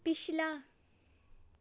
ਪਿਛਲਾ